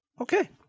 Okay